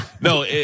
No